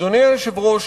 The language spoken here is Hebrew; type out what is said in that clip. אדוני היושב-ראש,